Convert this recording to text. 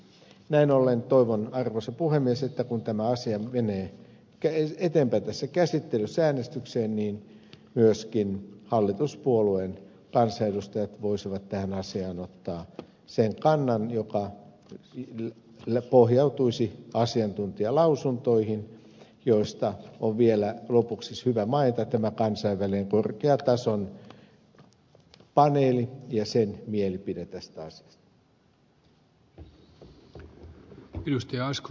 näin ollen toivon arvoisa puhemies että kun tämä asia menee eteenpäin tässä käsittelyssä äänestykseen niin myöskin hallituspuolueen kansanedustajat voisivat tähän asiaan ottaa sen kannan joka pohjautuisi asiantuntijalausuntoihin joista on vielä lopuksi hyvä mainita tämä kansainvälinen korkean tason paneeli ja sen mielipide tästä asiasta